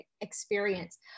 experience